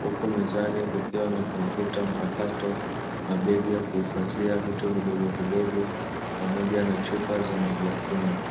huku mezani kukiwa na kompyuta mpakato, mabegi ya kuhifadhia vitu vidogo vidogo pamoja na chupa za maji ya kunywa.